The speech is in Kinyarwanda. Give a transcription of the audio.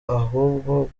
ahubwo